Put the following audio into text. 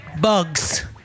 Bugs